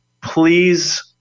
Please